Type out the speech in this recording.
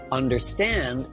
understand